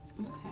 Okay